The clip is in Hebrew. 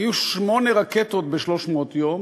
היו שמונה רקטות ב-300 יום.